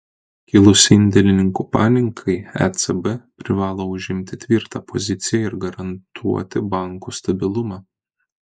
kilus indėlininkų panikai ecb privalo užimti tvirtą poziciją ir garantuoti bankų stabilumą